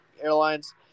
airlines